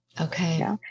Okay